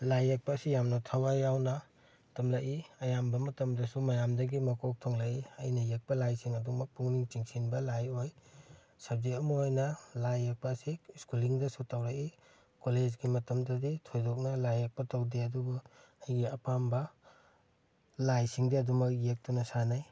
ꯂꯥꯏ ꯌꯦꯛꯄ ꯑꯁꯤ ꯌꯥꯝꯅ ꯊꯋꯥꯏ ꯌꯥꯎꯅ ꯇꯝꯂꯛꯏ ꯑꯌꯥꯝꯕ ꯃꯇꯝꯗꯁꯨ ꯃꯌꯥꯝꯗꯒꯤ ꯃꯀꯣꯛ ꯊꯣꯡꯂꯛꯏ ꯑꯩꯅ ꯌꯦꯛꯄ ꯂꯥꯏꯁꯤꯡ ꯑꯗꯨꯃꯛ ꯄꯨꯛꯅꯤꯡ ꯆꯤꯡꯁꯤꯟꯕ ꯂꯥꯏ ꯑꯣꯏ ꯁꯞꯖꯦꯛ ꯑꯃ ꯑꯣꯏꯅ ꯂꯥꯏ ꯌꯦꯛꯄ ꯑꯁꯤ ꯁ꯭ꯀꯨꯜꯂꯤꯡꯗꯁꯨ ꯇꯧꯔꯛꯏ ꯀꯣꯂꯦꯖꯀꯤ ꯃꯇꯝꯗꯗꯤ ꯊꯣꯏꯗꯣꯛꯅ ꯂꯥꯏꯌꯦꯛꯄ ꯇꯧꯗꯦ ꯑꯗꯨꯕꯨ ꯑꯩꯒꯤ ꯑꯄꯥꯝꯕ ꯂꯥꯏꯁꯤꯡꯗꯤ ꯑꯗꯨꯃꯛ ꯌꯦꯛꯇꯨꯅ ꯁꯥꯟꯅꯩ